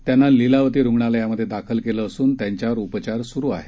त्यांना लीलावती रुग्णालयात दाखल केलं असून त्यांच्यावर उपचार सुरु आहेत